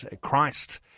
Christ